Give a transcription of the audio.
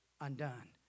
undone